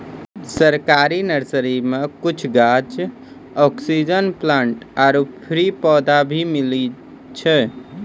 सरकारी नर्सरी मॅ कुछ गाछ, ऑक्सीजन प्लांट आरो फ्री पौधा भी मिलै छै